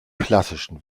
klassischen